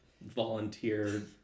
volunteer